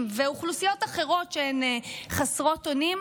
ואוכלוסיות אחרות שהן חסרות אונים,